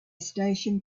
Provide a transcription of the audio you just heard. station